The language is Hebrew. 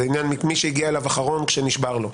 זה העניין של מי הגיע אליו אחרון כשנמאס לו.